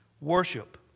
Worship